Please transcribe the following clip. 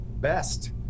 best